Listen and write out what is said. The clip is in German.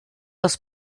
das